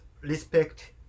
respect